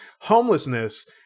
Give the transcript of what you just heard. homelessness